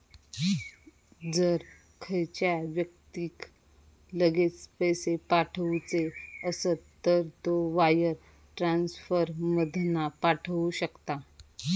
जर खयच्या व्यक्तिक लगेच पैशे पाठवुचे असत तर तो वायर ट्रांसफर मधना पाठवु शकता